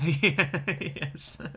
Yes